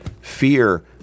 fear